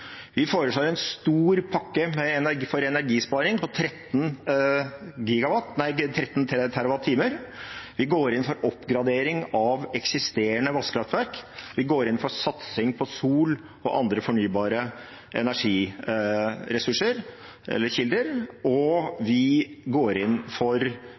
Vi foreslår en stor pakke for energisparing, på 13 terawattimer. Vi går inn for oppgradering av eksisterende vannkraftverk. Vi går inn for satsing på sol og andre fornybare energiressurser eller -kilder, og vi går inn for